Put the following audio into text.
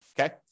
Okay